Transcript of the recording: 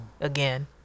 Again